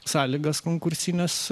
sąlygas konkursines